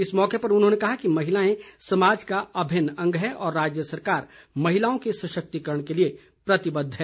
इस मौके पर उन्होंने कहा कि महिलाएं समाज का अभिन्न अंग हैं और राज्य सरकार महिलाओं के सशक्तिकरण के लिए प्रतिबद्ध है